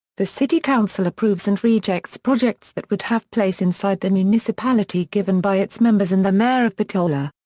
the city council approves and rejects projects that would have place inside the municipality given by its members and the mayor of bitola.